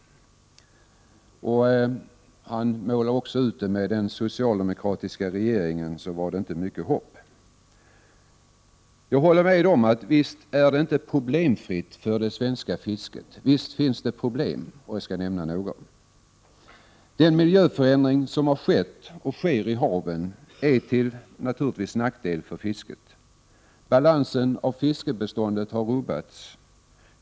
Han målade också ut att det med den socialdemokratiska regeringen inte fanns mycket hopp. Jag håller med om att det inte är problemfritt för det svenska fisket. Det finns problem, och jag skall nämna några. Den miljöförändring som har skett och sker i haven är naturligtvis till nackdel för fisket. Balansen i fiskbeståndet har rubbats.